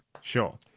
Sure